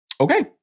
Okay